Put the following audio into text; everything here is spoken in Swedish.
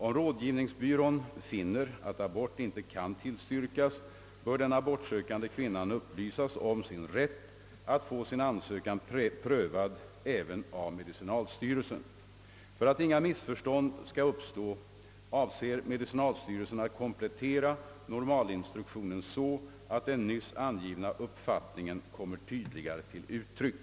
Om rådgivningsbyrån finner att abort inte kan tillstyrkas, bör den abortsökande kvinnan upplysas om sin rätt att få sin ansökan prövad även av medicinalstyrelsen. För att inga missförstånd skall uppstå avser medicinalstyrelsen att komplettera normalinstruktionen så, att den nyss angivna uppfattningen kommer tydligare till uttryck.